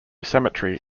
cemetery